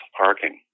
parking